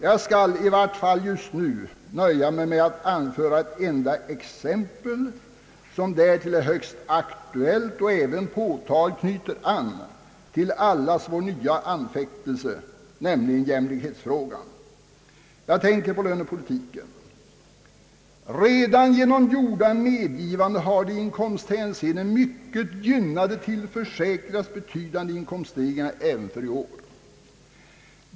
För ögonblicket skall jag nöja mig med att anföra ett enda exempel som är högst aktuellt och även påtagligt anknyter till allas vår anfäktelse, nämligen jämlikhetsfrågan. Jag tänker på lönepolitiken. Redan genom <sgjorda medgivanden har de i inkomsthänseende mycket gynnade tillförsäkrats betydande inkomststegringar även i år.